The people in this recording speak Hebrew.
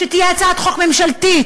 תהיה הצעת חוק ממשלתית,